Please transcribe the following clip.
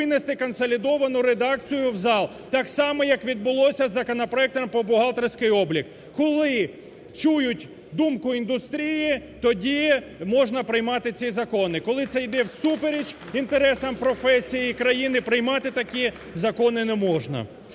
винести консолідовану редакцію в зал, так само, як відбулося з законопроектом про бухгалтерський облік. Коли чують думку індустрії, тоді можна приймати ці закони, коли це йде всупереч інтересам професії країни, приймати такі закони не можна.